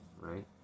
right